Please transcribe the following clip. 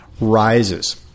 rises